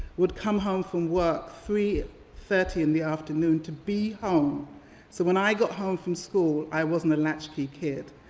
would come home from work three thirty in the afternoon to be home so when i got home from school i wasn't a latchkey kid,